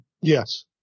Yes